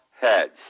heads